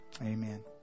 Amen